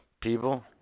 people